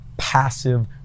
passive